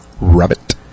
Rabbit